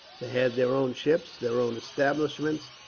they had their own ships, their own establishments,